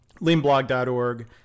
leanblog.org